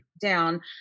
down